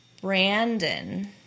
brandon